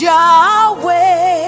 Yahweh